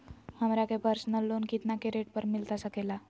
हमरा के personal loan कितना के रेट पर मिलता सके ला?